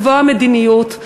לקבוע מדיניות.